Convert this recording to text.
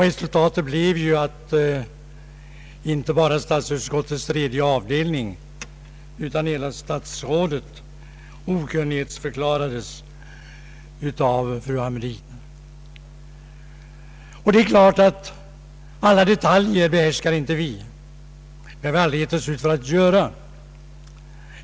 Resultatet blev att inte bara statsutskottets tredje avdelning utan hela statsutskottet okunnigförklarades av fru Hamrin Thorell. Det är klart att vi inte behärskar alla detaljer, det har vi aldrig givit oss ut för att göra.